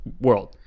world